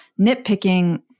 nitpicking